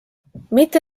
mitte